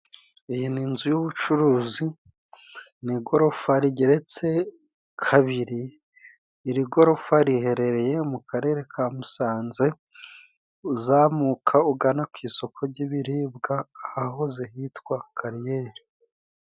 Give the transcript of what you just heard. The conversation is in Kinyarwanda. Iyi ni inzu y'ubucuruzi mu igorofa rigeretse kabiri. Iri gorofa riherereye mu karere ka Musanze uzamuka ugana ku isoko ry'ibiribwa ahahoze hitwa Kariyeri.